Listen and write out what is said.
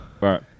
right